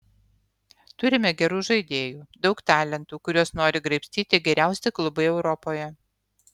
turime gerų žaidėjų daug talentų kuriuos nori graibstyti geriausi klubai europoje